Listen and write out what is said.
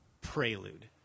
prelude